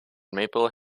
maple